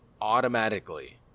automatically